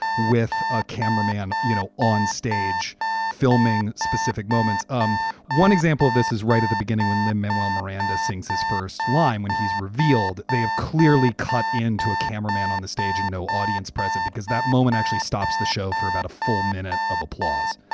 with a camera man, you know, on stage filming specific moments. um one example of this is right at the beginning when lin manuel miranda sings his first line, when he's revealed they have clearly cut into a camera man on the stage and no audience present because that moment actually stops the show for about a full minute of applause.